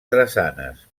drassanes